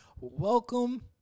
Welcome